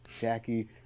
Jackie